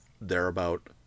thereabout